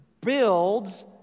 builds